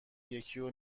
یکیو